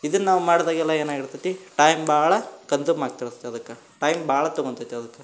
ಇದನ್ನು ನಾವು ಮಾಡಿದಾಗೆಲ್ಲ ಏನು ಆಗಿರ್ತೈತಿ ಟೈಮ್ ಬಾಳಾ ಕಂಝುಮ್ ಆಗ್ತಿರತ್ತೆ ಅದಕ್ಕೆ ಟೈಮ್ ಭಾಳ ತಗೊಂತೈತೆ ಅದಕ್ಕೆ